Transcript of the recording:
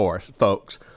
folks